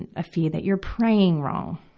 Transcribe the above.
and a fear that you're praying wrong,